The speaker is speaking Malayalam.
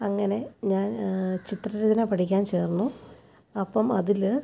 അങ്ങനെ ഞാൻ ചിത്രരചന പഠിക്കാൻ ചേർന്നു അപ്പം അതിൽ